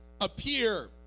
appear